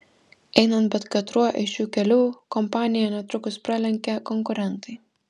einant bet katruo iš šių kelių kompaniją netrukus pralenkia konkurentai